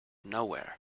nowhere